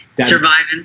Surviving